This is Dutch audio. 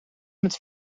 met